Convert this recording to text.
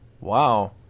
Wow